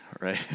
Right